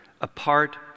apart